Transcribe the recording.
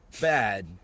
bad